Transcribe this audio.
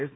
S